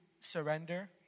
surrender